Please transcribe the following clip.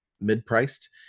mid-priced